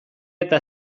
eta